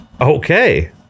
Okay